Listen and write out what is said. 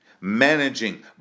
managing